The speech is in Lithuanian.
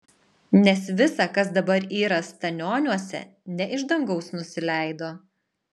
nes visa kas dabar yra stanioniuose ne iš dangaus nusileido